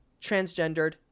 transgendered